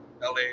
la